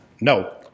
No